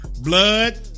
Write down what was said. Blood